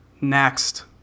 Next